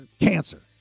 Cancer